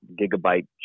gigabyte